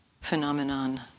phenomenon